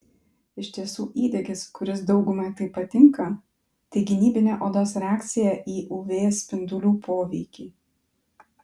iš tiesų įdegis kuris daugumai taip patinka tai gynybinė odos reakcija į uv spindulių poveikį